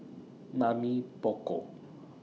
Mamy Poko